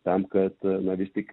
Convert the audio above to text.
tam kad na vis tik